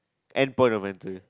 End Point of Entry